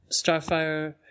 Starfire